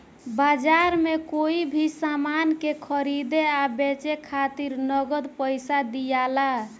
बाजार में कोई भी सामान के खरीदे आ बेचे खातिर नगद पइसा दियाला